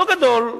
לא גדול,